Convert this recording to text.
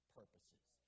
purposes